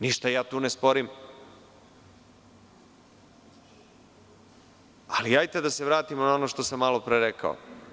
Ništa ja tu ne sporim, ali hajde da se vratimo na ono što sam ja malopre rekao.